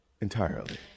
entirely